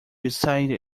beside